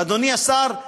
אדוני השר,